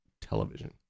television